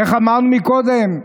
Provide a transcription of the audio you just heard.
איך אמרנו קודם,